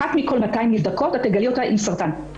אחת מכל 200 נבדקות את תגלי אותה עם סרטן,